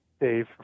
Dave